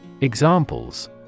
Examples